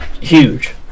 huge